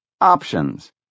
Options